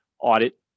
audit